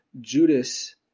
Judas